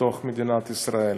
בתוך מדינת ישראל.